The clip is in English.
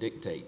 dictate